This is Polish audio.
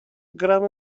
gramy